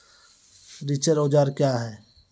रिचर औजार क्या हैं?